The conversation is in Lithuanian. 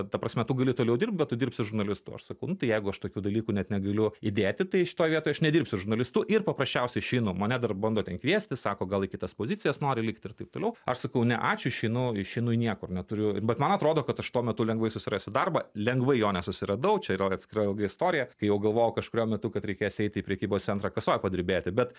ta prasme tu gali toliau dirbt bet tu dirbsi žurnalistu aš sakau nu tai jeigu aš tokių dalykų net negaliu įdėti tai šitoj vietoj aš nedirbsiu žurnalistu ir paprasčiausiai išeinu mane dar bando ten kviestis sako gal į kitas pozicijas nori likti ir taip toliau aš sakau ne ačiū išeinu išeinu į niekur neturiu bet man atrodo kad aš tuo metu lengvai susirasiu darbą lengvai jo nesusiradau čia yra atskira ilga istorija kai jau galvojau kažkuriuo metu kad reikės eiti į prekybos centrą kasoj padirbėti bet